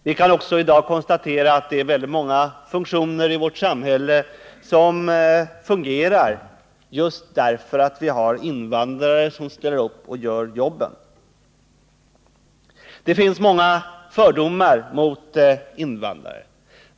Vi kan i dag också konstatera att väldigt många verksamheter i vårt samhälle fungerar just därför att vi har invandrare som ställer upp och gör jobben. Det finns många fördomar mot invandrare.